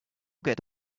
get